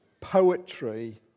poetry